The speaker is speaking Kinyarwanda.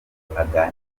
aganira